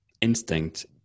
instinct